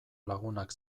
lagunak